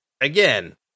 again